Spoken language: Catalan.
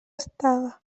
estava